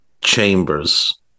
Chambers